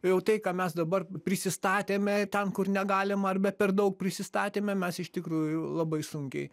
jau tai ką mes dabar prisistatėme ten kur negalima arba per daug prisistatėme mes iš tikrųjų labai sunkiai